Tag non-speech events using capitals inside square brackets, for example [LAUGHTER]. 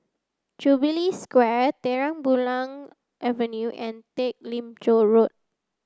Jubilee Square Terang Bulan Avenue and Teck Lim [UNINTELLIGIBLE] Road